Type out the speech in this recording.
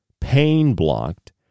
pain-blocked